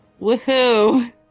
Woohoo